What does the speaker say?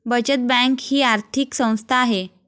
बचत बँक ही आर्थिक संस्था आहे